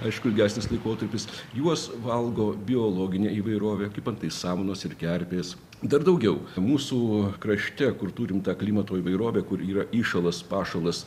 aišku ilgesnis laikotarpis juos valgo biologinė įvairovė kaip antai samanos ir kerpės dar daugiau mūsų krašte kur turim tą klimato įvairovę kur yra įšalas pašalas